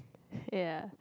ya